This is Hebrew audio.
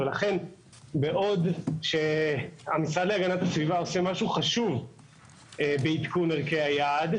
ולכן בעוד שהמשרד להגנת הסביבה עושה משהו חשוב בעדכון ערכי היעד,